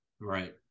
Right